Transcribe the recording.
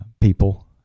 people